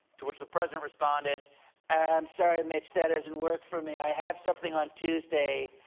to which the president responded i'm sorry, mitch, that doesn't work for me. i have something on tuesday,